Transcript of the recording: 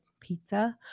pizza